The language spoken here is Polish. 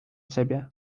ciebie